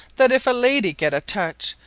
that if a lady get a touch,